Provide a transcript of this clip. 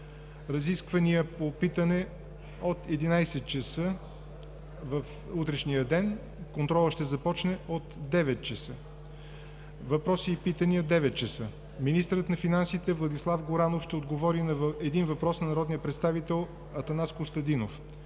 Разисквания по питане от 11, 00 ч. в утрешния ден. Контролът ще започне от 9,00 ч. Въпроси и питания – 9,00 ч. - Министърът на финансите Владислав Горанов ще отговори на един въпрос от народния представител Атанас Костадинов.